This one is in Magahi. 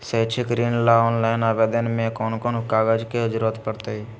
शैक्षिक ऋण ला ऑनलाइन आवेदन में कौन कौन कागज के ज़रूरत पड़तई?